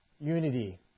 unity